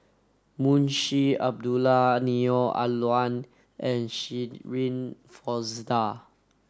Munshi Abdullah Neo Ah Luan and Shirin Fozdar